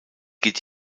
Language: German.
geht